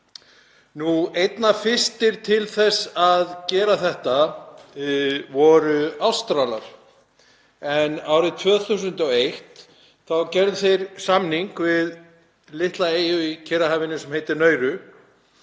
Einna fyrstir til þess að gera þetta voru Ástralar en árið 2001 gerðu þeir samning við litla eyju í Kyrrahafinu sem heitir Nárú